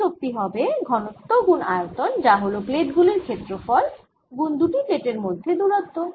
মোট শক্তি হবে ঘনত্ব গুন আয়তন যা হল প্লেট গুলির ক্ষেত্রফল গুন দুটি প্লেট এর মধ্যে দুরত্ব